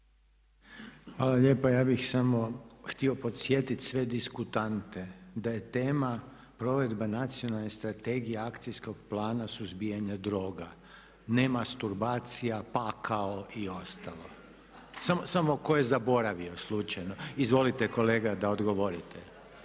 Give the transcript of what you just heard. Hvala lijepa. Ja bih samo htio podsjetiti sve diskutante da je tema Provedba Nacionalne strategije Akcijskog plana suzbijanja droga, ne mastrubacija, pakao i ostalo, samo tko je zaboravio, slučajno. Izvolite kolega da odgovorite.